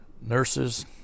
nurses